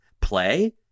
play